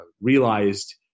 realized